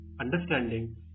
understanding